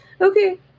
Okay